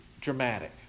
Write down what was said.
dramatic